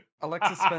Alexis